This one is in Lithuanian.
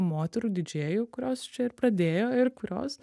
moterų didžėjų kurios čia ir pradėjo ir kurios